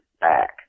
back